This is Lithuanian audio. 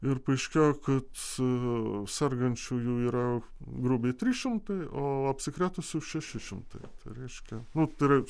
ir paaiškėjo kad sergančiųjų yra grubiai trys šimtai o apsikrėtusių šeši šimtai tai reiškia nu tai yra